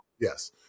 Yes